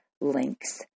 links